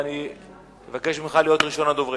ואני מבקש ממך להיות ראשון הדוברים.